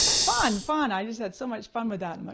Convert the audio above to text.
fun, fun, i just had so much fun with that. i'm ah